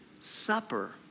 supper